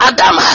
Adam